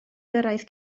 gyrraedd